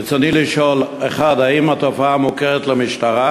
רצוני לשאול: 1. האם התופעה מוכרת למשטרה?